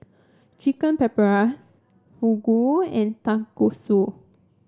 Chicken Paprikas Fugu and Tonkatsu